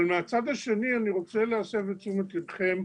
אבל מהצד השני, אני רוצה להסב את תשומת לבכם,